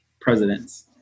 presidents